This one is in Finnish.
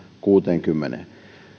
kuuteenkymmeneen